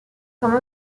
comme